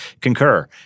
concur